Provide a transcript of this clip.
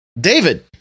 David